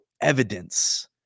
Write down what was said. evidence